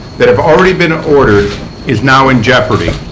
that have already been ordered is now in jeopardy.